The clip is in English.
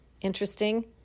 interesting